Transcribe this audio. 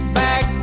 back